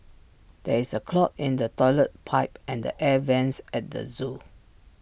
there is A clog in the Toilet Pipe and the air Vents at the Zoo